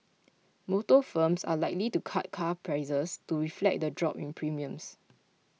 motor firms are likely to cut car prices to reflect the drop in premiums